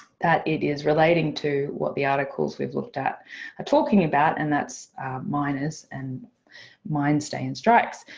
that it is relating to what the articles we've looked at are talking about, and that's miners and miners stay-in strikes.